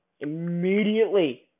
Immediately